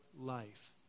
life